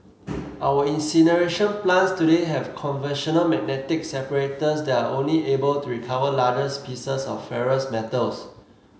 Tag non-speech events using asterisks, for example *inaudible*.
our incineration plants today have conventional magnetic separators that are only able to recover *unintelligible* pieces of ferrous metals